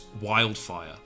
wildfire